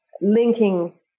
linking